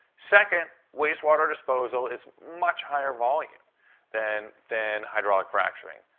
second, wastewater disposal is much higher volume than than hydraulic fracturing.